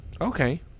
Okay